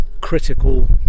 critical